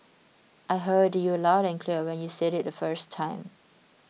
I heard you loud and clear when you said it the first time